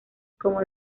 como